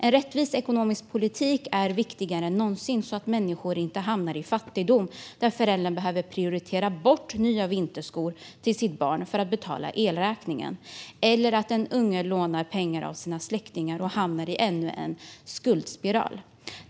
En rättvis ekonomisk politik är viktigare än någonsin, så att människor inte hamnar i fattigdom där föräldern behöver prioritera bort nya vinterskor till sitt barn för att betala elräkningen eller där den unge lånar pengar av sina släktingar och hamnar i ännu en skuldspiral.